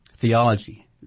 theology